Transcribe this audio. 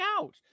out